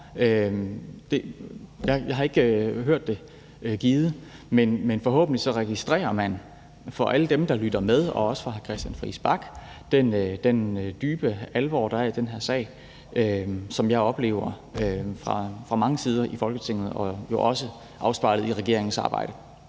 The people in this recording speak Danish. Jeg har ikke hørt det givet. Men forhåbentlig registrerer man – for alle dem, der lytter med, og også for hr. Christian Friis Bach – den dybe alvor, der er i den her sag, som jeg oplever fra mange sider i Folketinget og jo også er afspejlet i regeringens arbejde.